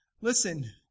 Listen